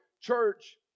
Church